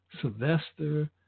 Sylvester